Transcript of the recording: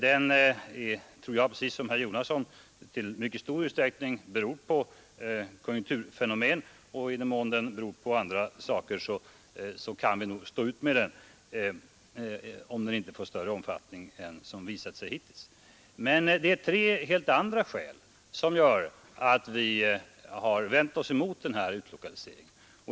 Jag tror precis som herr Jonasson att den i mycket stor utsträckning beror på konjunkturfenomen, och i den mån den har andra orsaker kan vi nog stå ut med den. Det är helt andra skäl som gör att vi har vänt oss mot utlokaliseringen.